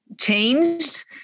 changed